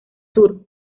sur